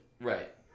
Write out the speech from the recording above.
Right